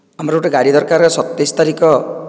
ଆମର ଗୋଟିଏ ଗାଡ଼ି ଦରକାର ସତେଇଶ ତାରିଖ